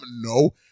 No